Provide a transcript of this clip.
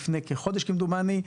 ולפני כחודש כמדומני,